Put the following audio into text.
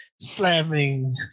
Slamming